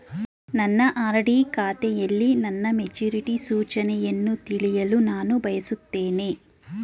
ನನ್ನ ಆರ್.ಡಿ ಖಾತೆಯಲ್ಲಿ ನನ್ನ ಮೆಚುರಿಟಿ ಸೂಚನೆಯನ್ನು ತಿಳಿಯಲು ನಾನು ಬಯಸುತ್ತೇನೆ